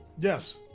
Yes